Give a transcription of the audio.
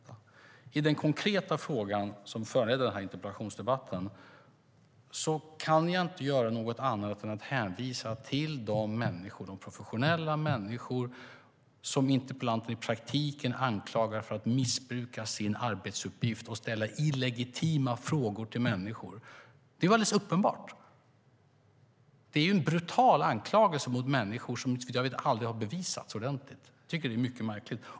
Vad beträffar den konkreta fråga som föranledde interpellationsdebatten kan jag inte göra annat än hänvisa till de professionella människor som interpellanten i praktiken anklagar för att missbruka sin arbetsuppgift och ställa illegitima frågor till människor. Det var alldeles uppenbart. Det är en brutal anklagelse mot människor och har aldrig bevisats ordentligt. Det hela är mycket märkligt.